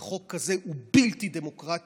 כי חוק כזה הוא בלתי דמוקרטי.